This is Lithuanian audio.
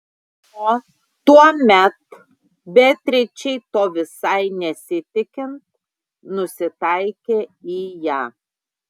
o tuomet beatričei to visai nesitikint nusitaikė į ją